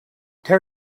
tear